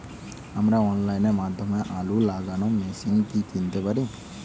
আমরা অনলাইনের মাধ্যমে আলু লাগানো মেশিন কি কিনতে পারি?